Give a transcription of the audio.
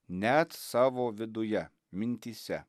net savo viduje mintyse